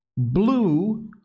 blue